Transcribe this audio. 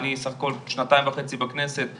אני בסך הכל שנתיים וחצי בכנסת,